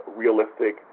realistic